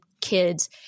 Kids